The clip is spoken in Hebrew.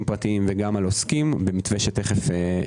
פרטיים וגם על עוסקים במתווה שתכף נפרט.